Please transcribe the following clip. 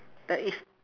there is